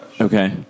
Okay